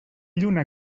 lluna